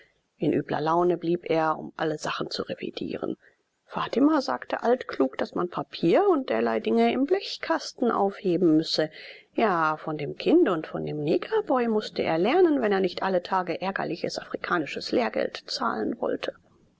in übler laune blieb er um alle sachen zu revidieren fatima sagte altklug daß man papier und derlei dinge im blechkasten aufheben müsse ja von dem kinde und von dem negerboy mußte er lernen wenn er nicht alle tage ärgerliches afrikanisches lehrgeld zahlen wollte